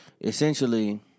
essentially